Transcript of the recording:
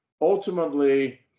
ultimately